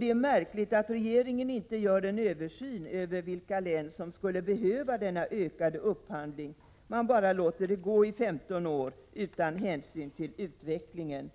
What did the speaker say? Det är märkligt att regeringen inte gör en översyn av vilka län som skulle behöva denna ökade upphandling. Regeringen låter bara allt fortsätta i 15 år utan hänsyn till utvecklingen.